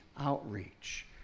outreach